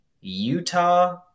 Utah